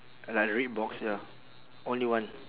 like red box ya only one